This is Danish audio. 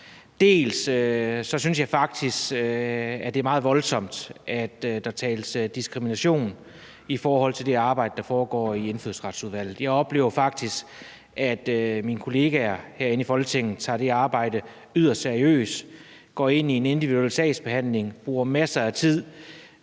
Jeg synes faktisk, at det er meget voldsomt, at der tales om diskrimination i forhold til det arbejde, der foregår i Indfødsretsudvalget. Jeg oplever faktisk, at mine kollegaer herinde i Folketinget tager det arbejde yderst seriøst, og at de går ind i individuelle sagsbehandlinger og bruger masser af tid.